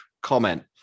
comment